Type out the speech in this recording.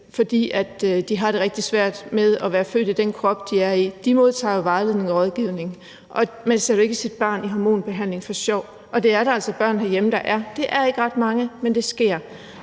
fordi de har det rigtig svært med at være født i den krop, de er i, modtager jo vejledning og rådgivning. Man sætter jo ikke et barn i hormonbehandling for sjov, og det er der altså børn herhjemme der er, altså i hormonbehandling; det er